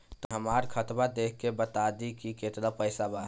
तनी हमर खतबा देख के बता दी की केतना पैसा बा?